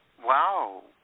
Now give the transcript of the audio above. Wow